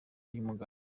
y’umuganda